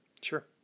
Sure